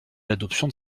l’adoption